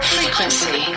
Frequency